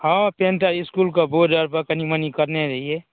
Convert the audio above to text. हँ पेंट इस्कुलके बोर्ड आओरपर कनि मनि कयने रहियै